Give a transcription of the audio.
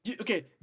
Okay